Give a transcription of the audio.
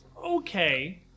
okay